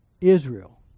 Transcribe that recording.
Israel